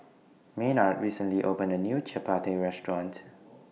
Maynard recently opened A New Chapati Restaurant